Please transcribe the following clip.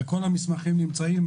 וכל המסמכים נמצאים,